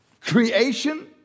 creation